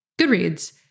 Goodreads